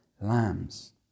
lambs